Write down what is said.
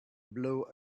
blow